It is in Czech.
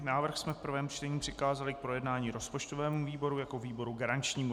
Návrh jsme v prvém čtení přikázali k projednání rozpočtovému výboru jako výboru garančnímu.